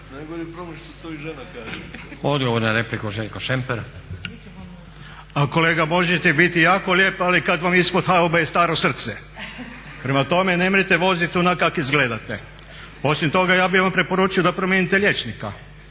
na repliku Željko Šemper. **Šemper, Željko (HSU)** A kolega možete biti jako lijep ali kada vam ispod haube staro srce, prema tome ne mrete voziti onak kak izgledate. Osim toga ja bih vam preporučio da promijenite liječnika.